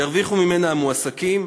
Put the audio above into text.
ירוויחו ממנו המועסקים,